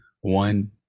one